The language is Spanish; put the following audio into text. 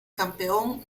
campeón